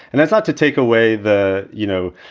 and that's not to take away the, you know,